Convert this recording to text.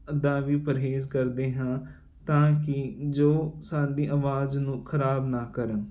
ਦਾ ਵੀ ਪਰਹੇਜ਼ ਕਰਦੇ ਹਾਂ ਤਾਂ ਕਿ ਜੋ ਸਾਡੀ ਆਵਾਜ਼ ਨੂੰ ਖਰਾਬ ਨਾ ਕਰਨ